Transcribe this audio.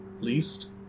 Least